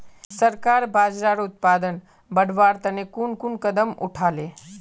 सरकार बाजरार उत्पादन बढ़वार तने कुन कुन कदम उठा ले